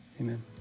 amen